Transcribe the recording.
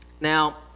Now